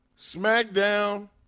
SmackDown